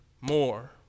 more